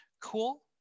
cool